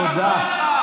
תודה.